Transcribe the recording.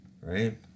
right